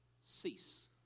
cease